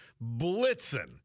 Blitzen